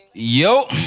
Yo